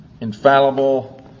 infallible